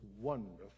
wonderful